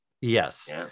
yes